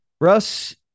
Russ